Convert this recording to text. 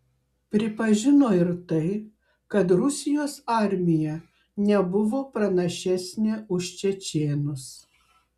pripažino ir tai kad rusijos armija nebuvo pranašesnė už čečėnus